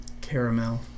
caramel